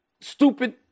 stupid